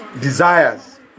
desires